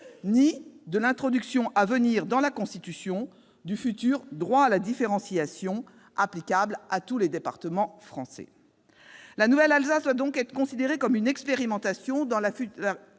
ni de l'introduction dans la Constitution du futur droit à la différenciation, applicable à tous les départements français. La nouvelle Alsace doit être considérée comme une expérimentation dans la